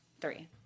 Three